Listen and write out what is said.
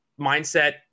mindset